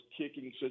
kicking